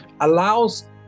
allows